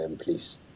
please